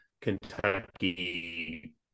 kentucky